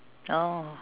oh